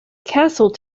castle